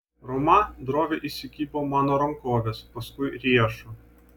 roma droviai įsikibo mano rankovės paskui riešo